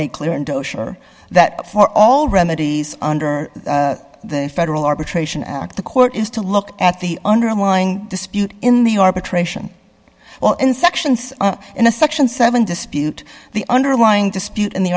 made clear and oh sure that for all remedies under the federal arbitration act the court is to look at the underlying dispute in the arbitration well in sections in the section seven dispute the underlying dispute in the